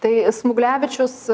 tai smuglevičius